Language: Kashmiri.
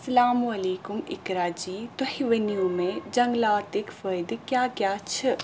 اسلام علیکم اِقرا جی تُہۍ ؤنِو مےٚ جنگلاتٕکۍ فٲیدٕ کیٛاہ کیٛاہ چھِ